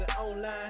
online